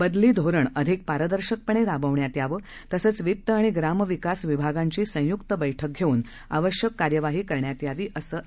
बदली धोरण अधिक पारदर्शकपणे राबवण्यात यावं तसंच वित्त आणि ग्रामविकासविभागांची संयुक्त बैठक घेवून आवश्यक कार्यवाही करण्यात यावी असंअँड